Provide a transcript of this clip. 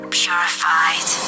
purified